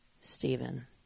Stephen